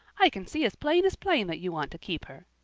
i can see as plain as plain that you want to keep her.